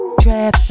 trap